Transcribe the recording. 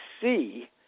see